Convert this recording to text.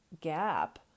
gap